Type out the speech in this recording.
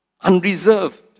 unreserved